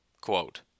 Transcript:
quote